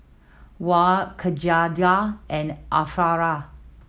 Wan Khadija and Arifa